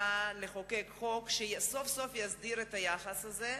לחוקק חוק, שסוף סוף יסדיר את היחס הזה.